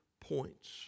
points